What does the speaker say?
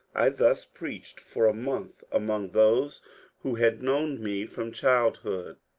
i thus preached for a month among those who had known me from childhood.